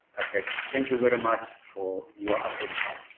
thank you very much for your attention.